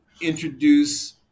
introduce